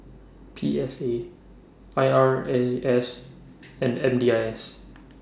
P S A I R A S and M D I S